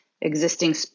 existing